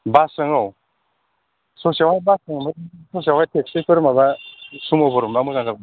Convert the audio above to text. बासजों औ ससेयावहाय बासजों आमफाय ससेयावहाय टेक्सिफोर माबा सुम'फोर मोनबा मोजां जागौमोन